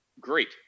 Great